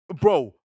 Bro